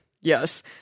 yes